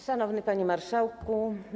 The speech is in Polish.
Szanowny Panie Marszałku!